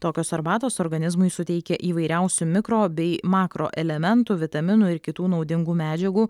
tokios arbatos organizmui suteikia įvairiausių mikro bei makro elementų vitaminų ir kitų naudingų medžiagų